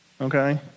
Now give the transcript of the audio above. Okay